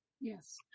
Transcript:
Yes